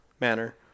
manner